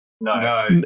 No